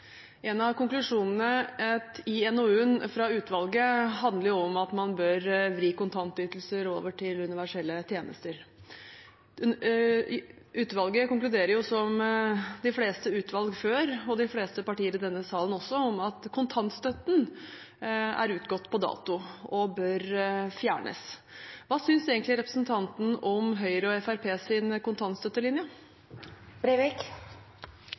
En av konklusjonene i NOU-en fra utvalget handler om at man bør vri kontantytelser over til universelle tjenester. Utvalget konkluderer som de fleste utvalg før, og som de fleste partier i denne salen også, at kontantstøtten er utgått på dato og bør fjernes. Hva synes egentlig representanten Breivik om Høyre og Fremskrittspartiets kontantstøttelinje?